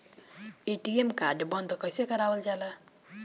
ATM card बन्द कईसे करावल जाला?